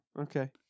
okay